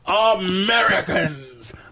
Americans